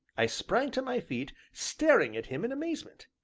i sprang to my feet, staring at him in amazement.